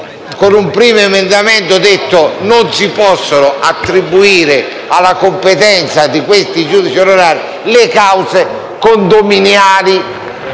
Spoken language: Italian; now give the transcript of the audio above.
Con il primo emendamento abbiamo detto che non si possono attribuire alla competenza dei giudici onorari le cause condominiali.